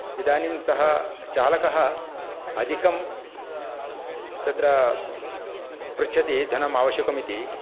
इदानीं सः चालकः अधिकम् तत्र पृच्छति धनम् आवश्यकम् इति